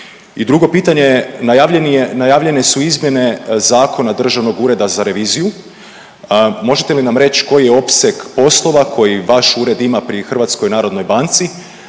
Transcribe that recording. I drugo pitanje je najavljene su izmjene Zakona Državnog ureda za reviziju, možete li nam reći koji je opseg poslova koji vaš ured ima pri HNB-u, recimo bile